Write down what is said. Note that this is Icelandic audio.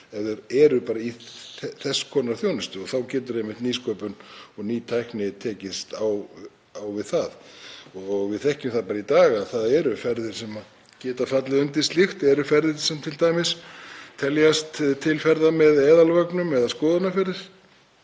ef þær eru bara í þess konar þjónustu. Þá getur einmitt nýsköpun og ný tækni tekist á við það. Við þekkjum það í dag að ferðir sem geta fallið undir slíkt eru ferðir sem t.d. teljast til ferða með eðalvögnum eða skoðunarferðir.